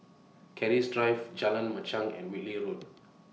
Keris Drive Jalan Machang and Whitley Road